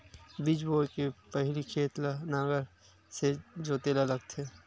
बीज बोय के पहिली खेत ल नांगर से जोतेल लगथे?